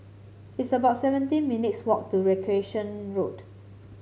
it's about seventeen minutes' walk to Recreation Road